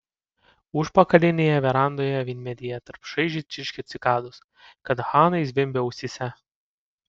užpakalinėje verandoje vynmedyje taip šaižiai čirškė cikados kad hanai zvimbė ausyse